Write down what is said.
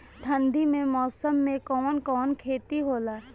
ठंडी के मौसम में कवन कवन खेती होला?